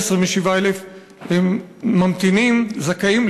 כ-27,000 ממתינים זכאים,